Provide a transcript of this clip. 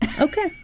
Okay